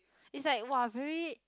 it's like !wah! very